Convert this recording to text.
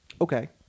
Okay